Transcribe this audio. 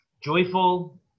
Joyful